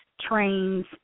trains